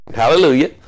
Hallelujah